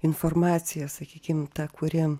informacija sakykim ta kuri